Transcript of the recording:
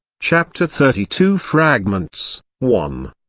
chapter thirty two fragments one.